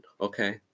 okay